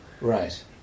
Right